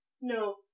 No